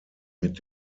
mit